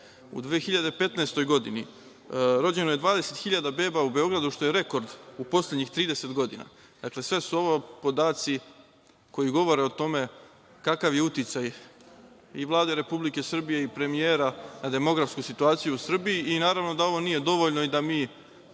u 2015. godini rođeno je 20.000 beba u Beogradu, što je rekord u poslednjih 30 godina. Dakle, sve su ovo podaci koji govore o tome kakav je uticaj i Vlade Republike Srbije i premijera na demografsku situaciju u Srbiji. Naravno da ovo nije dovoljno i da mi